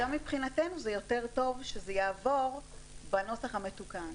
גם מבחינתנו זה יותר טוב שזה יעבור בנוסח המתוקן,